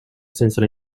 senza